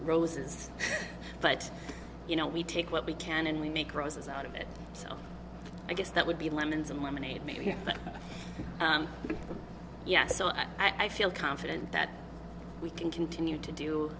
roses but you know we take what we can and we make roses out of it so i guess that would be lemons and lemonade maybe but yes i feel confident that we can continue to do